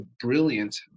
brilliant